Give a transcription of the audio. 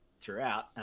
throughout